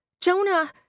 Jonah